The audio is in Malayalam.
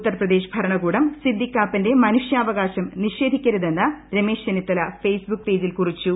ഉത്തർപ്രദേശ് ഭരണകൂടം സിദ്ധിഖ് കാപ്പന്റെ മനുഷ്യാവകാശം നിഷേധിക്കരുതെന്ന് ഉമ്മേശ് ചെന്നിത്തല ഫേസ്ബുക്ക് പേജിൽ കുറിച്ചു